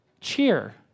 Cheer